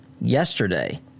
yesterday